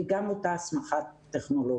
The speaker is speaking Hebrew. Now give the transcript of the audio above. היא גם אותה הסמכה טכנולוגית.